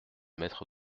mettre